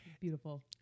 Beautiful